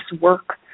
work